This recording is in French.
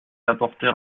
apporter